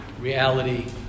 reality